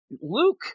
Luke